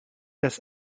das